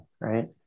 right